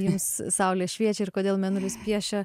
jums saulė šviečia ir kodėl mėnulis piešia